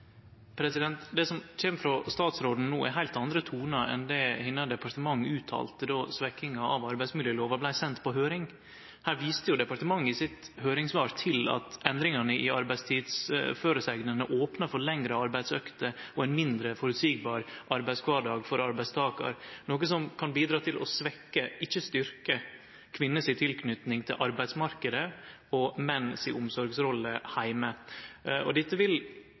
Det som kjem frå statsråden no, er heilt andre tonar enn det departementet hennar uttalte då forslaget til arbeidsmiljølov vart sendt på høyring. Her viste departementet i sitt høyringssvar til at endringane i arbeidstidsføresegnene opnar for lengre arbeidsøkter og ein mindre føreseieleg arbeidskvardag for arbeidstakaren, noko som kan bidra til å svekkje – ikkje styrkje – kvinner si tilknyting til arbeidsmarknaden og menn si omsorgsrolle heime. Dette vil